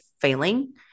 failing